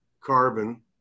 carbon